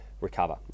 recover